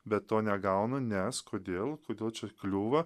bet to negaunu nes kodėl kodėl čia kliūva